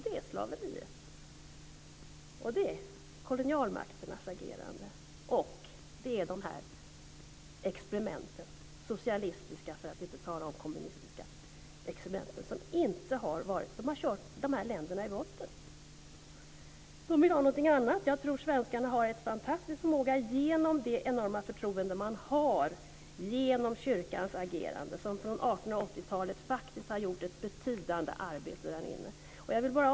Det är slaveriet, kolonialmakternas agerande och de socialistiska experiment som har kört dessa länder i botten, för att inte tala om de kommunistiska. De vill ha någonting annat, och jag tror att svenskarna har en fantastisk förmåga genom det enorma förtroende man fått genom kyrkans agerande. Kyrkan har ifrån 1880-talet och framåt faktiskt gjort ett betydande arbete där nere.